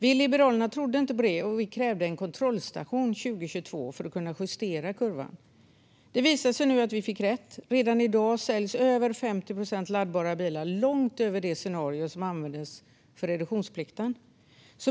Vi i Liberalerna trodde inte på detta och krävde en kontrollstation 2022 för att kunna justera kurvan. Det visar sig nu att vi fick rätt. Redan i dag är över 50 procent av de bilar som säljs laddbara, långt över det scenario som användes för reduktionsplikten.